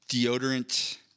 deodorant